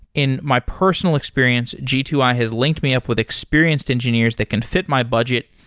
in my personal experience, g two i has linked me up with experienced engineers that can fit my budget,